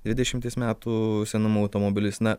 dvidešimties metų senumo automobilis na